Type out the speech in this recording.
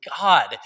God